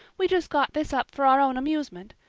we just got this up for our own amusement.